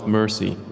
mercy